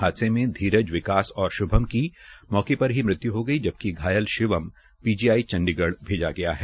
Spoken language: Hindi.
हादसे में धीरज विकास और स्भम की मौके पर ही मृत्यू हो गई जबकि घायल शिवम पीजीआई चंडीगढ़ भेजा गया है